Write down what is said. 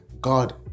God